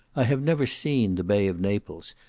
i have never seen the bay of naples,